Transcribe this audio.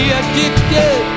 addicted